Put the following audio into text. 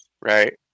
right